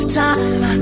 time